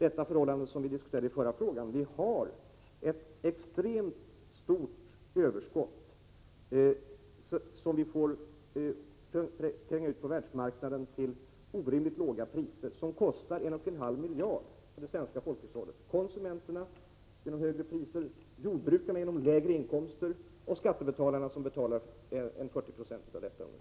Jag avser det som vi diskuterade i samband med föregående fråga, nämligen att vi har ett extremt överskott, som vi får tränga ut på världsmarknaden till orimligt låga priser. Det kostar 1,5 miljarder för det svenska folkhushållet — för konsumenterna genom högre priser, för jordbrukarna genom lägre inkomster och för skattebetalarna som betalar ungefär 40 90 av beloppet.